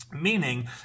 meaning